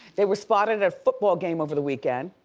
they were spotted at a football game over the weekend.